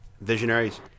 visionaries